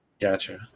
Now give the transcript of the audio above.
Gotcha